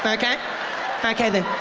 but okay okay then,